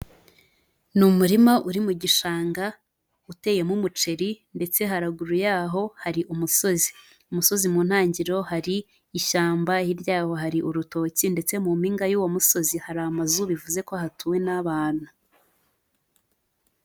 Ni umurima uri mu gishanga uteyemo umuceri ndetse haruguru yaho hari umusozi. Umusozi mu ntangiriro hari ishyamba, hirya yaho hari urutoki ndetse mu mpinga y'uwo musozi hari amazu bivuze ko hatuwe n'abantu.